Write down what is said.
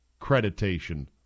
creditation